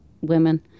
women